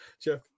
Jeff